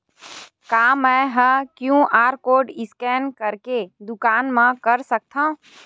का मैं ह क्यू.आर कोड स्कैन करके दुकान मा कर सकथव?